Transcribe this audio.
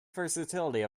versatility